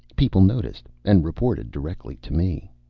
people noticed, and reported directly to me.